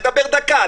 לדבר דקה,